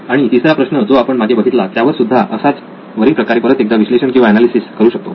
आणि तिसरा प्रश्न जो आपण मागे बघितला त्यावर सुद्धा असाच वरील प्रकारे परत एकदा विश्लेषण किंवा एनालिसिस करू शकतो